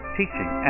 teaching